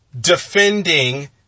Defending